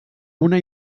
una